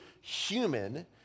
human